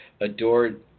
adored